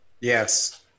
Yes